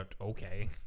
okay